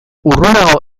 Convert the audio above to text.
urrunago